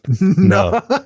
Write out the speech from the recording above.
No